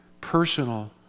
personal